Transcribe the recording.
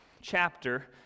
chapter